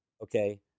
Okay